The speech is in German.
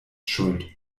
schuld